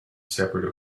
separate